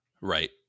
Right